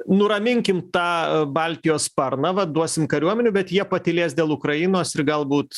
nuraminkim tą baltijos sparną va duosim kariuomenių bet jie patylės dėl ukrainos ir galbūt